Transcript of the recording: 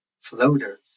floaters